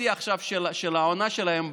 בשיא של העונה שלהם,